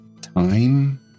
time